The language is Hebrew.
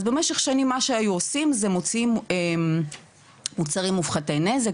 אז במשך שנים מה שהיו עושים זה מוצאים מוצרים מופחתי נזק,